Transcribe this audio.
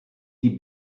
die